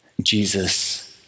Jesus